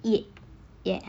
it yet